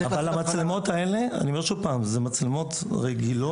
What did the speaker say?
אבל אני אומר שוב, המצלמות האלה הן מצלמות רגילות.